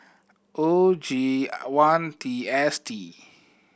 O G one T S D